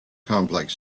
complex